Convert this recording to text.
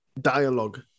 dialogue